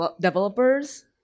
developers